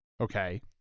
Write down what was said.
okay